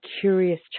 curious